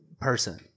person